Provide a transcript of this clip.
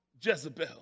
Jezebel